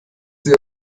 sie